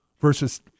versus